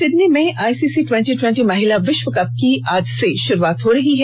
Sydney में ICC twenty twenty महिला विश्व कप की आज से शुरूआत हो रही है